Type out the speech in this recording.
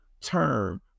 term